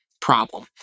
problem